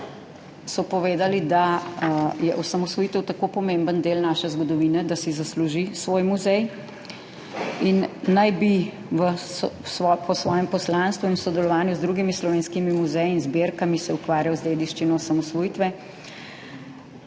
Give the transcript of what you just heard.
so povedali, da je osamosvojitev tako pomemben del naše zgodovine, da si zasluži svoj muzej, in naj bi se po svojem poslanstvu in v sodelovanju z drugimi slovenskimi muzeji in zbirkami ukvarjal z dediščino osamosvojitve